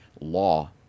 law